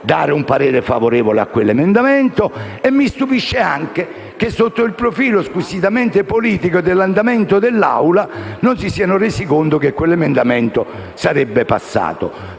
un parere favorevole a quell'emendamento. E mi stupisce anche che, sotto il profilo squisitamente politico dell'andamento dei lavori dell'Aula, non si siano resi conto che quell'emendamento sarebbe stato